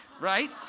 right